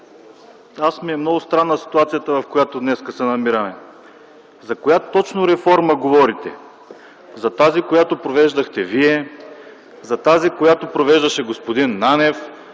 мен ми е много странна ситуацията, в която днес се намираме. За коя точно реформа говорите? За тази, която провеждахте вие, за тази, която провеждаше господин Нанев,